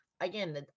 Again